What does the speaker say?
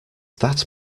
that